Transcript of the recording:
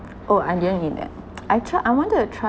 oh I didn't eat that I try I wanted to try